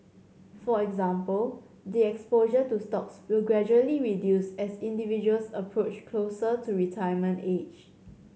for example the exposure to stocks will gradually reduce as individuals approach closer to retirement age